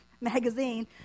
magazine